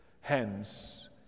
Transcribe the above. Hence